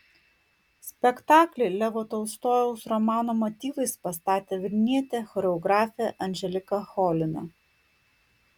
spektaklį levo tolstojaus romano motyvais pastatė vilnietė choreografė anželika cholina